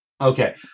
Okay